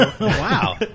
Wow